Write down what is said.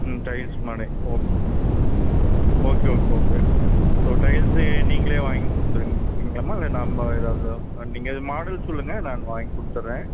tiles model okay okay okay okay okay so tiles நீங்களே வாங்கி கொடுத்துர்றீங்களா நம்ம ஏதாவது நீங்கள் மாடல் சொல்லுங்கள் நான் வாங்கிக் கொடுத்துர்றேன்